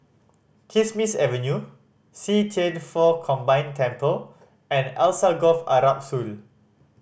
Kismis Avenue See Thian Foh Combined Temple and Alsagoff Arab School